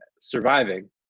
surviving